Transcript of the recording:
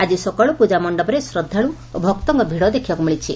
ଆଜି ସକାଳୁ ପୂଜା ମଣ୍ଡପରେ ଶ୍ର ଭକ୍ତଙ୍କ ଭିଡ଼ ଦେଖିବାକୁ ମିଳିଛି